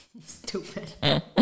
Stupid